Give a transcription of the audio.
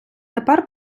тепер